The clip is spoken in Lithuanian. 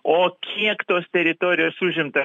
o kiek tos teritorijos užimta